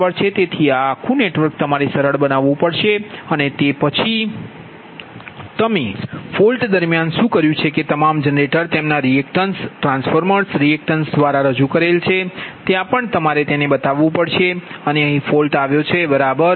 તેથી આ આખું નેટવર્ક તમારે સરળ બનાવવું પડશે અને તે પછી તમે ફોલ્ટ દરમિયાન શું કર્યું છે કે તમામ જનરેટર તેમના રિએક્ટેન્સ ટ્રાન્સફોર્મર રિએક્ટન્સ દ્વારા રજૂ કરેલ છે ત્યાં પણ તમારે તેને બનાવવું પડશે અને અહીં ફોલ્ટ આવ્યો છે બરાબર